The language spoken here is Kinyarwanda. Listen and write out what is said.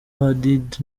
hadid